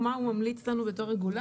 רשות הגז.